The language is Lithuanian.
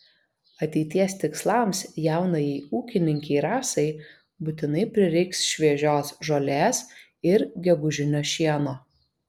ateities tikslams jaunajai ūkininkei rasai būtinai prireiks šviežios žolės ir gegužinio šieno